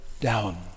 down